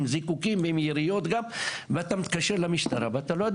עם זיקוקים ועם יריות גם,